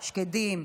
שקדים,